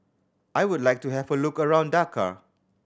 I would like to have a look around Dakar